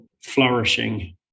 flourishing